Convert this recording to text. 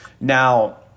Now